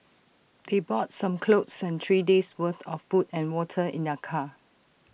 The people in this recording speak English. they bought some clothes and three days' worth of food and water in their car